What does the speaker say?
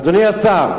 אדוני השר,